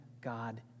God